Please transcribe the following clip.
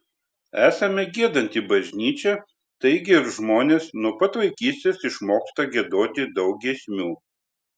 esame giedanti bažnyčia taigi ir žmonės nuo pat vaikystės išmoksta giedoti daug giesmių